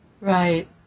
Right